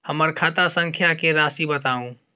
हमर खाता संख्या के राशि बताउ